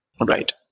Right